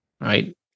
right